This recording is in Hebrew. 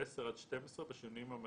ו-(10) עד (12), בשינוים המתאימים.